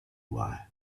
why